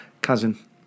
cousin